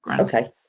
Okay